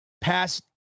past